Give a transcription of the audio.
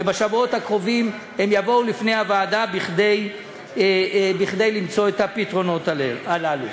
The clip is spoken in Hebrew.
ובשבועות הקרובים הן יבואו לפני הוועדה כדי למצוא את הפתרונות הללו.